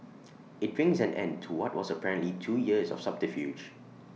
IT brings an end to what was apparently two years of subterfuge